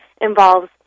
involves